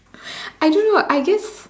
I don't know I guess